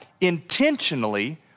intentionally